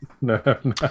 No